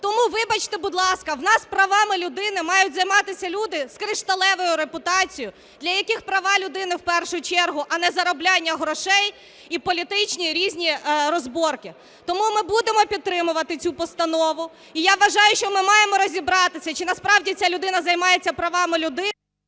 Тому вибачте, будь ласка, в нас правами людини мають займатися люди з кришталевою репутацією, для яких права людини в першу чергу, а не заробляння грошей і політичні різні розборки. Тому ми будемо підтримувати цю постанову. І я вважаю, що ми маємо розібратися, чи насправді ця людина займається правами…